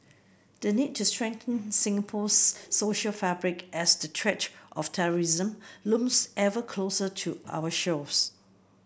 the need to strengthen Singapore's social fabric as the threat of terrorism looms ever closer to our shores